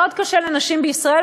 מאוד קשה לנשים בישראל,